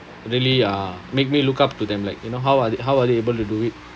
really uh make me look up to them like you know how are how are they able to do it